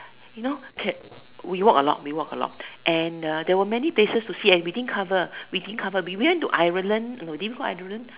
you know the we walk a lot we walk a lot and uh there were many places to see everything we didn't cover we didn't cover we went to Ireland no did we go Ireland